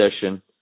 session